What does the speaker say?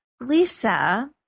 Lisa